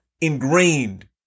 ingrained